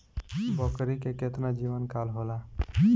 बकरी के केतना जीवन काल होला?